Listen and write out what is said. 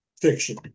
fiction